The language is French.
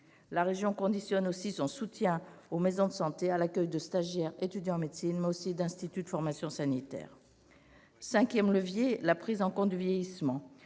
La région conditionne aussi son soutien aux maisons de santé à l'accueil de stagiaires étudiants en médecine ou en instituts de formation sanitaire. La prise en compte du vieillissement